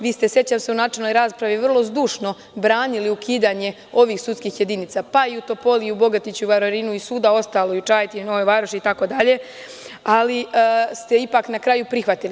Vi ste, sećam se u načelnoj raspravi, vrlo zdušno branili ukidanje ovih sudskih jedinica, pa i u Topoli i Bogatiću, Varvarinu i svuda ostalo, i u Čajetini i u Novoj Varoši itd, ali ste na kraju ipak prihvatili.